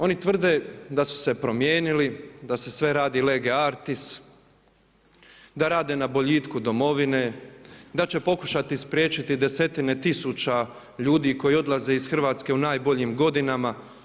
Oni tvrde da su se promijenili, da se sve radi lege artis, da rade na boljitku domovine, da će pokušati spriječiti desetine tisuća ljudi koji odlaze iz Hrvatske u najboljim godinama.